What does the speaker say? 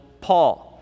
Paul